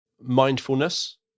Mindfulness